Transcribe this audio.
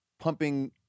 pumping